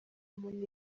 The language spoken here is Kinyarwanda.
muntu